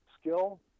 skill